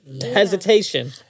hesitation